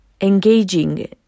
engaging